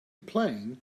playing